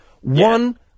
one